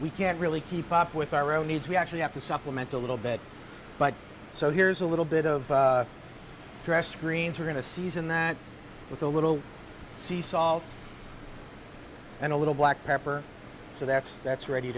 we can't really keep up with our own needs we actually have to supplement a little bit but so here's a little bit of pressed greens we're going to season that with a little salt and a little black pepper so that's that's ready